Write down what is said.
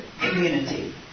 community